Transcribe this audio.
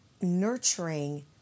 Nurturing